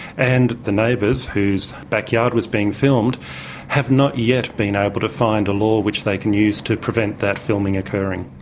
and the neighbours whose backyard was being filmed have not yet been able to find a law which they can use to prevent that filming occurring.